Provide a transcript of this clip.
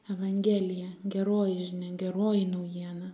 evangelija geroji žinia geroji naujiena